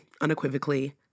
unequivocally